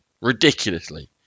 Ridiculously